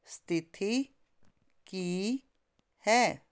ਸਥਿਤੀ ਕੀ ਹੈ